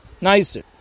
nicer